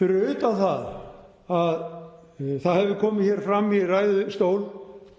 fyrir utan að það hefur komið hér fram í ræðustól